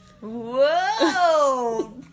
Whoa